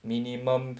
minimum